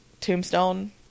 tombstone